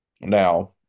Now